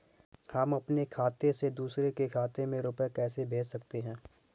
हम अपने खाते से दूसरे के खाते में रुपये कैसे भेज सकते हैं?